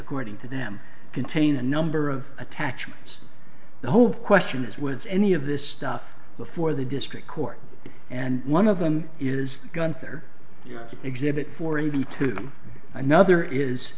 according to them contain a number of attachments the whole question as with any of this stuff before the district court and one of them is gunther exhibit for anybody to another is